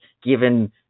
given